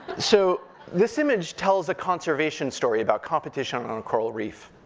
so this image tells a conservation story about competition on the coral reef.